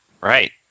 right